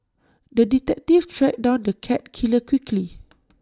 the detective tracked down the cat killer quickly